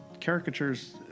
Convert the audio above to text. caricatures